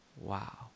wow